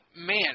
Man